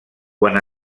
quan